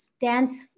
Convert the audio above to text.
dance